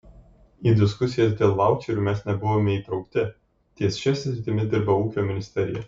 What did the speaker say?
į diskusijas dėl vaučerių mes nebuvome įtraukti ties šia sritimi dirba ūkio ministerija